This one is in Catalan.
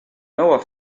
meua